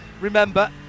remember